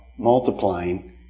multiplying